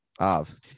Av